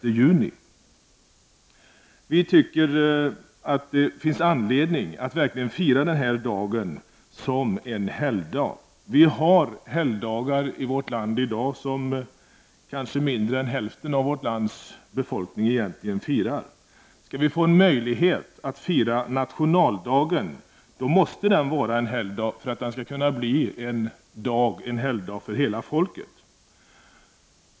Vi moderater tycker att det finns anledning att verkligen fira den här dagen som en helgdag. Det finns helgdagar i vårt land som kanske mer än hälften av landets befolkning egentligen inte firar. Nationaldagen måste vara en helgdag för att den skall kunna bli en högtidsdag för hela svenska folket.